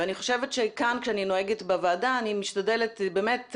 ואני חושבת שכאן כשאני נוהגת בוועדה אני משתדלת באמת,